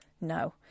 no